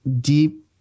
deep